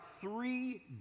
three